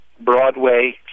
Broadway